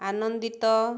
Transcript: ଆନନ୍ଦିତ